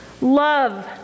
Love